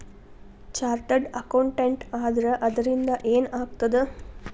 Chartered accountant ಆದ್ರ ಅದರಿಂದಾ ಏನ್ ಆಗ್ತದ?